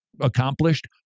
accomplished